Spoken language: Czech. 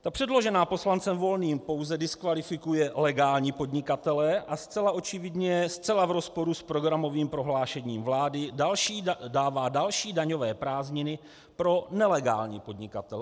Ta předložená poslancem Volným pouze diskvalifikuje legální podnikatele a zcela očividně, zcela v rozporu s programovým prohlášením vlády dává další daňové prázdniny pro nelegální podnikatele.